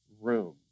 room